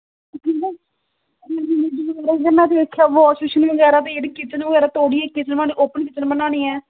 wash basin बगैरा पौड़ियां kitchen बगैरा एह् बनानी ऐ